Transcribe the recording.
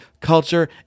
culture